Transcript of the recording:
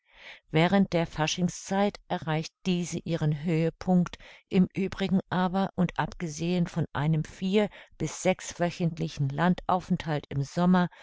während der faschingszeit erreicht diese ihren höhepunct im uebrigen aber und abgesehen von einem vier bis sechswöchentlichen landaufenthalt im sommer